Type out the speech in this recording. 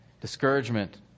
discouragement